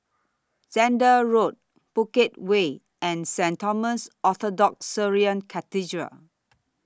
Zehnder Road Bukit Way and Saint Thomas Orthodox Syrian Cathedral